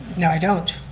i don't.